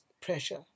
pressure